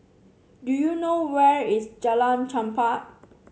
do you know where is Jalan Chempah